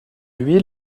lui